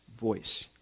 voice